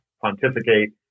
pontificate